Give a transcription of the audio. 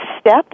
step